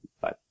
bye